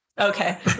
Okay